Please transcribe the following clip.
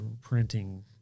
printing